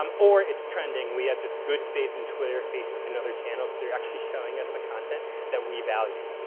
um or it's trending. we have just good faith in twitter facebook and other channels. they're actually showing as the content that we value.